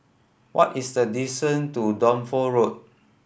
what is the to Dunsfold Road